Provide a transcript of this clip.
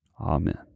Amen